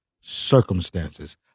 circumstances